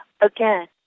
again